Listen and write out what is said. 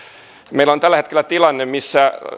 meillä on tällä hetkellä tilanne missä